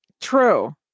True